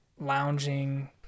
lounging